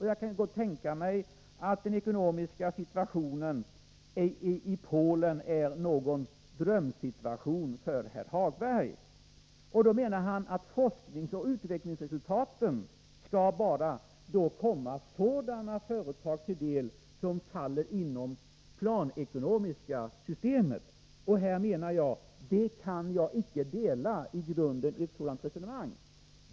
Jag kan gott tänka mig att den ekonomiska situationen i Polen är en drömsituation för herr Hagberg. Han menar att forskningsoch utvecklings resultaten bara skall komma sådana företag till del som faller inom det planekonomiska systemet. Jag kan icke i grunden hålla med om ett sådant resonemang.